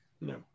No